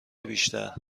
بیشتر